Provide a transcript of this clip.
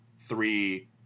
three